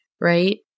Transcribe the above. Right